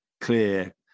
clear